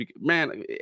Man